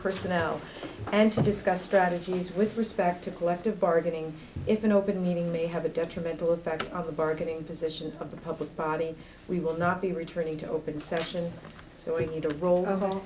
personnel and to discuss strategies with respect to collective bargaining if an open meeting may have a detrimental effect on the bargaining position of the public body we will not be returning to open session so we need to rol